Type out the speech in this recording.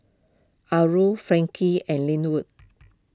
Azul Frankie and Lynwood